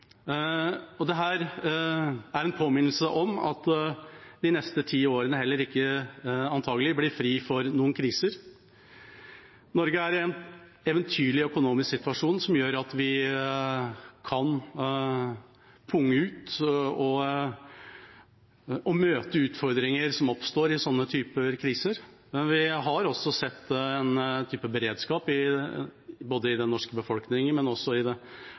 er en påminnelse om at de neste ti årene antagelig heller ikke blir fri for noen kriser. Norge er i en eventyrlig økonomisk situasjon som gjør at vi kan punge ut og møte utfordringer som oppstår i sånn type kriser. Vi har også sett en type beredskap både i den norske befolkningen, i det norske byråkratiet og i norske kommuner som gjør at en kaster seg rundt og er beredt. Det